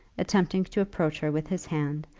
attempting to approach her with his hand,